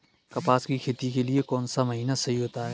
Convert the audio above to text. कपास की खेती के लिए कौन सा महीना सही होता है?